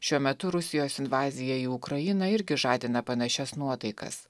šiuo metu rusijos invazija į ukrainą irgi žadina panašias nuotaikas